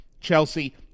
Chelsea